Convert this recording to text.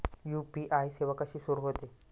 UPI सेवा कशी सुरू होते?